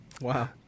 Wow